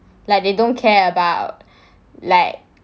like they don't care about like